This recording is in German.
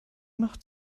macht